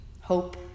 Hope